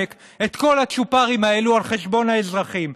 את כל הצ'ופרים האלו על חשבון האזרחים.